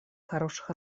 хороших